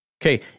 Okay